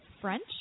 French